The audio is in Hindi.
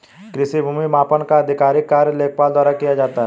कृषि भूमि मापन का आधिकारिक कार्य लेखपाल द्वारा किया जाता है